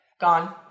gone